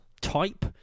type